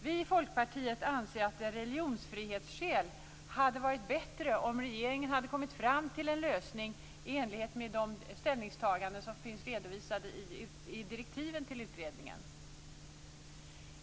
Vi i Folkpartiet anser att det av religionsfrihetsskäl hade varit bättre om regeringen hade kommit fram till en lösning i enlighet med de ställningstaganden som finns redovisade i direktiven till utredningen.